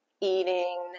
eating